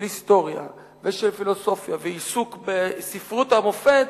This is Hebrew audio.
היסטוריה ושל פילוסופיה ועיסוק בספרות המופת,